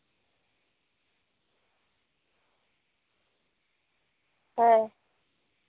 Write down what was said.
ᱦᱮᱸ